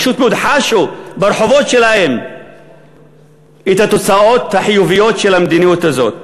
פשוט מאוד חשו ברחובות שלהם את התוצאות החיוביות של המדיניות הזאת.